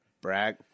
Brag